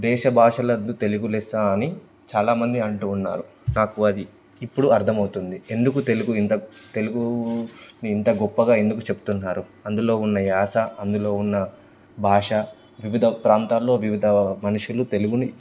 దేశభాషలందు తెలుగు లెస్స అని చాలామంది అంటూ ఉన్నారు నాకు అది ఇప్పుడు అర్థమవుతుంది ఎందుకు తెలుగు ఇంత తెలుగుని ఇంత గొప్పగా ఎందుకు చెప్తున్నారు అందులో ఉన్న యాస అందులో ఉన్న భాష వివిధ ప్రాంతాల్లో వివిధ మనుషులు తెలుగుని